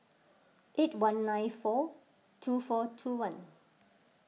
eight one nine four two four two one